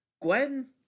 Gwen